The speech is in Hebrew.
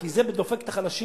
כי זה דופק את החלשים.